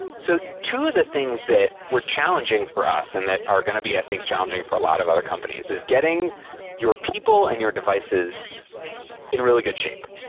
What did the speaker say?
so two of the things that were challenging for us and that are going to be, i think, challenging for a lot of our companies, is getting your people and your devices in a really good shape.